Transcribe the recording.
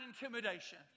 intimidation